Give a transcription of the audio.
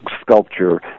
sculpture